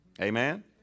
Amen